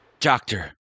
Doctor